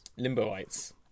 limboites